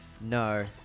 no